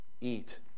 eat